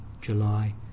July